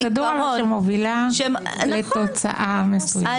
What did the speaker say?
פרוצדורה שמובילה לתוצאה מסוימת.